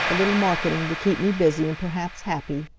a little marketing to keep me busy and perhaps happy.